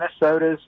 Minnesota's